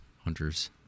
hunters